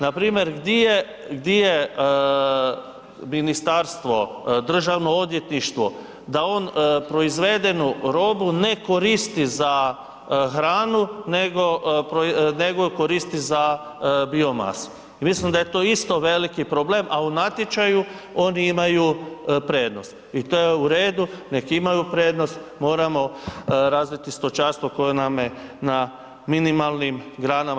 Npr. gdi je, gdi je ministarstvo, državno odvjetništvo, da on proizvedenu robu ne koristi za hranu nego, nego ju koristi za bio masu i mislim da je to isto veliki problem, a u natječaju oni imaju prednost i to je u redu nek imaju prednost, moramo razviti stočarstvo koje nam je na minimalnim granama.